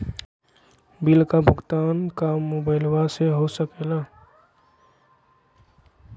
Bill का भुगतान का मोबाइलवा से हो सके ला?